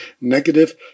negative